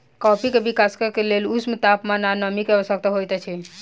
coffee के विकासक लेल ऊष्ण तापमान आ नमी के आवश्यकता होइत अछि